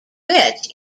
which